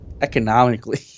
economically